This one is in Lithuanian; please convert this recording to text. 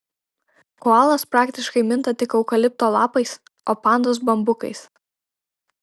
koalos praktiškai minta tik eukalipto lapais o pandos bambukais